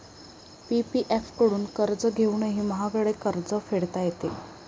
PPF कडून कर्ज घेऊनही महागडे कर्ज फेडता येते